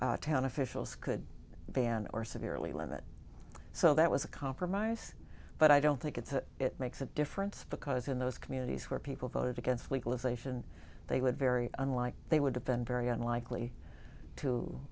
town officials could ban or severely limit so that was a compromise but i don't think it's that it makes a difference because in those communities where people voted against legalization they would very unlikely they would depend very unlikely to